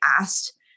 asked